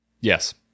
Yes